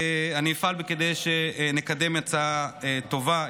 אני אפעל כדי שנקדם הצעה טובה,